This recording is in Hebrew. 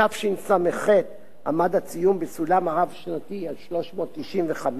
בתשס"ח היה הציון בסולם הרב-שנתי 395,